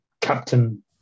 captain